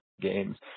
Games